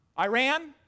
Iran